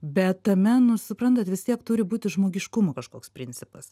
bet tame nu suprantat vis tiek turi būti žmogiškumo kažkoks principas